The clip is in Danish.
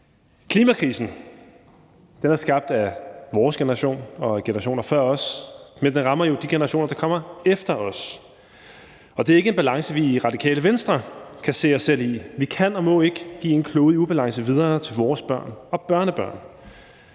Klimakrisen er skabt af vores generation og generationerne før os, men den rammer jo de generationer, der kommer efter os, og det er ikke en balance, vi i Radikale Venstre kan se os selv i. Vi kan og må ikke give en klode i ubalance videre til vores børn og børnebørn.